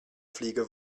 fliege